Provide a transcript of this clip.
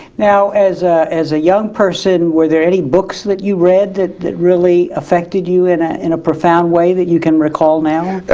now, as ah as a young person, were there any books that you read that that really affected you in ah in a profound way that you can recall now?